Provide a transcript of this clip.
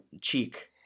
cheek